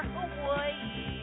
Hawaii